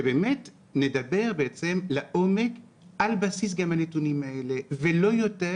שבאמת נדבר לעומק על בסיס הנתונים האלה ולא יותר,